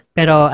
Pero